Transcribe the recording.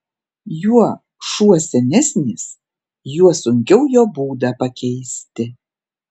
juo šuo senesnis juo sunkiau jo būdą pakeisti